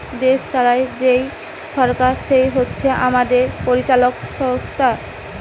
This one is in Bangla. দেশ চালায় যেই সরকার সে হচ্ছে আমাদের পরিচালক সংস্থা